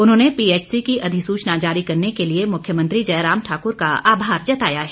उन्होंने पीएचसी की अधिसूचना जारी करने के लिए मुख्यमंत्री जयराम ठाकुर का आभार जताया है